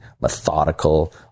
methodical